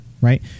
Right